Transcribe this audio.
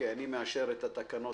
הצבעה בעד התקנות